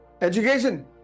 education